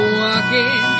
walking